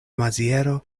maziero